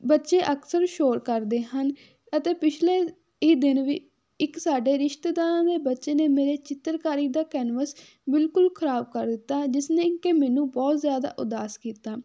ਬੱਚੇ ਅਕਸਰ ਸ਼ੋਰ ਕਰਦੇ ਹਨ ਅਤੇ ਪਿਛਲੇ ਇਹ ਦਿਨ ਵੀ ਇੱਕ ਸਾਡੇ ਰਿਸ਼ਤੇਦਾਰਾਂ ਦੇ ਬੱਚੇ ਨੇ ਮੇਰੇ ਚਿੱਤਰਕਾਰੀ ਦਾ ਕੈਨਵਸ ਬਿਲਕੁਲ ਖਰਾਬ ਕਰ ਦਿੱਤਾ ਜਿਸ ਨੇ ਕਿ ਮੈਨੂੰ ਬਹੁਤ ਜ਼ਿਆਦਾ ਉਦਾਸ ਕੀਤਾ